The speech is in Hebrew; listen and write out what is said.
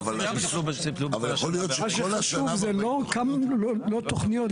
בגלל שאנחנו צריכים ללמוד את הדברים.